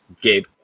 Gabe